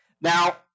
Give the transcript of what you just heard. Now